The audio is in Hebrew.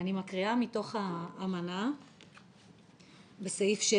אני מקריאה מתוך האמנה בסעיף 7: